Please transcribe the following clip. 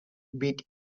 beat